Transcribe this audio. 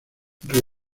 río